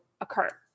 occur